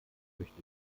möchte